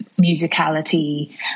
musicality